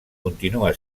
continua